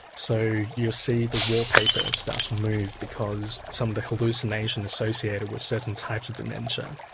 so you'll see the wallpaper start to move because some of the hallucination associated with certain types of dementia.